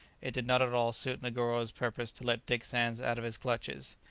it did not at all suit negoro's purpose to let dick sands out of his clutches.